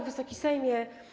Wysoki Sejmie!